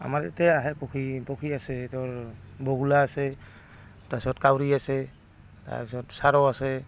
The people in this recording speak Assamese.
আমাৰ ইয়াতে আহে পক্ষী পক্ষী আছে তোৰ বগলা আছে তাৰপিছত কাউৰী আছে তাৰপিছত চাৰো আছে